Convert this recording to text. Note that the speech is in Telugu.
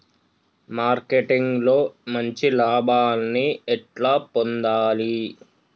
మార్కెటింగ్ లో మంచి లాభాల్ని ఎట్లా పొందాలి?